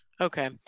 Okay